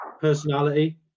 personality